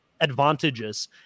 advantages